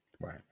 Right